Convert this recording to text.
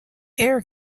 air